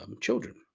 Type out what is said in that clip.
children